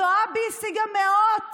זועבי השיגה מאות